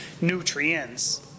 nutrients